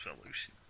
solution